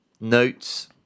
notes